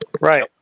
Right